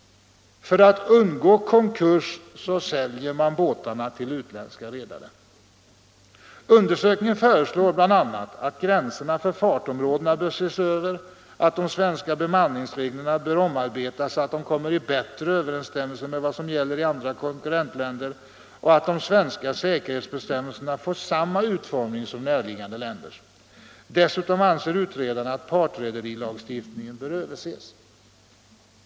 För att undgå konkurs så säljer man båtarna till utländska redare. Undersökningen föreslår bl.a. att gränserna för fartområden ses över, att de svenska bemanningsreglerna omarbetas så att de kommer i bättre överensstämmelse med vad som gäller i övriga konkurrentländer och att de svenska säkerhetsbestämmelserna får samma utformning som närliggande länders. Dessutom anser utredarna att partrederilagstiftningen bör överses.